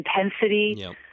intensity